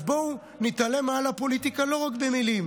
אז בואו נתעלם מעל הפוליטיקה לא רק במילים